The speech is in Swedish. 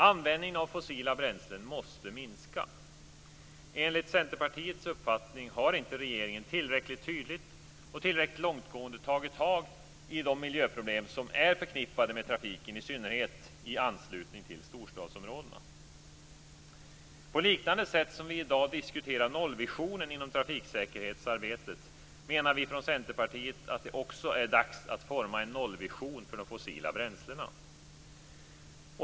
Användningen av fossila bränslen måste minska. Enligt Centerpartiets uppfattning har inte regeringen tillräckligt tydligt och tillräckligt långtgående tagit tag i de miljöproblem som är förknippade med trafiken, i synnerhet i anslutning till storstadsområdena. På liknande sätt som vi i dag diskuterar nollvisionen inom trafiksäkerhetsarbetet menar vi från Centerpartiet att det också är dags att forma en nollvision för de fossila bränslena.